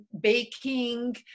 baking